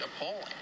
appalling